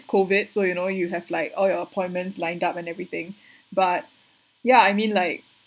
COVID so you know you have like all your appointments lined up and everything but ya I mean like